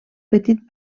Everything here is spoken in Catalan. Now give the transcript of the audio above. petit